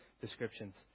descriptions